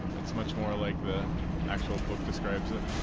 it's much more like the actual book describes it,